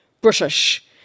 British